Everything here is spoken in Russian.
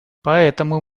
поэтому